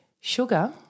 Sugar